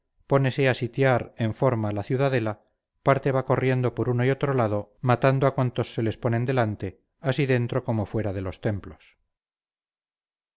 pónese a sitiar en forma la ciudadela parte va corriendo por uno y otro lado matando a cuantos se les ponen delante así dentro como fuera de los templos